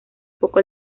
poco